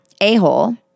a-hole